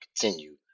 continue